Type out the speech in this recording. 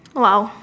!wow!